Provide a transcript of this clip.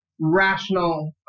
rational